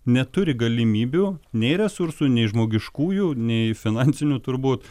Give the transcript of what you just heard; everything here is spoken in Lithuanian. neturi galimybių nei resursų nei žmogiškųjų nei finansinių turbūt